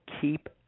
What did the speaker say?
Keep